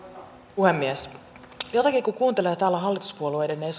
puhemies jotenkin kun kuuntelee täällä hallituspuolueiden